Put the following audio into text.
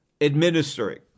administering